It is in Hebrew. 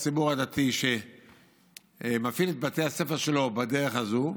הציבור הדתי שמפעיל את בתי הספר שלו בדרך הזו,